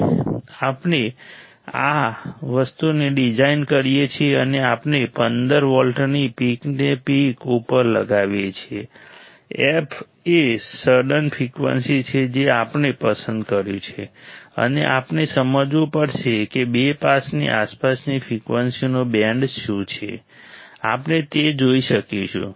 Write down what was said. જ્યારે આપણે આ વસ્તુને ડિઝાઇન કરીએ છીએ અને આપણે પંદર વોલ્ટની પીક ટુ પીક ઉપર લગાવીએ છીએ f એ સડન ફ્રિકવન્સી છે જે આપણે પસંદ કર્યું છે અને આપણે સમજવું પડશે કે બે પાસની આસપાસની ફ્રિકવન્સીનો બેન્ડ શું છે આપણે તે જોઈ શકીશું